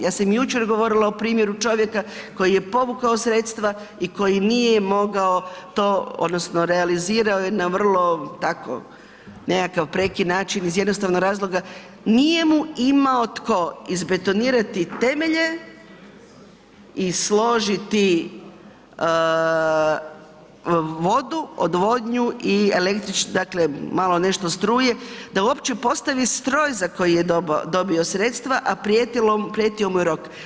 Ja sam jučer govorila o primjeru čovjeka koji je povukao sredstva i koji nije mogao to, odnosno realizirao je na vrlo tako nekakav ... način iz jednostavnog razloga nije mu imao tko izbetonirati temelje i složiti vodu, odvodnju i električnu, dakle malo nešto struje da uopće postavi stroj za koji je dobio sredstva a prijetio mu je rok.